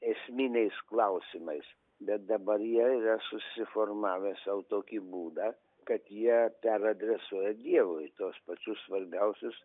esminiais klausimais bet dabar jie yra susiformavę sau tokį būdą kad jie peradresuoja dievui tuos pačius svarbiausius